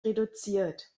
reduziert